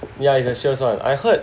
ya is a sales [one] I heard